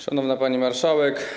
Szanowna Pani Marszałek!